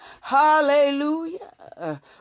hallelujah